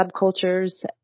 subcultures